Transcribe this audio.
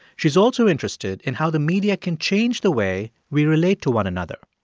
she's also interested in how the media can change the way we relate to one another.